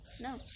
No